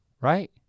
right